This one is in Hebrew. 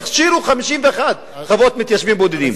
הכשירו 51 חוות מתיישבים בודדים.